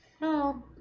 No